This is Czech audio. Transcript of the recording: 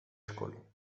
školy